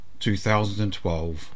2012